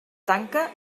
tanca